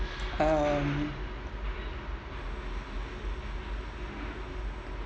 um